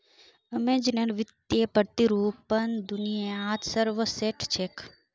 अमेज़नेर वित्तीय प्रतिरूपण दुनियात सर्वश्रेष्ठ छेक